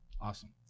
Awesome